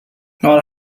not